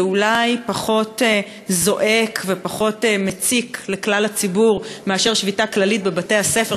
לכלל הציבור זה אולי זועק פחות ומציק פחות מאשר שביתה כללית בבתי-הספר,